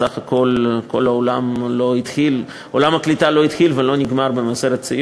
סך הכול עולם הקליטה לא התחיל ולא נגמר במבשרת-ציון.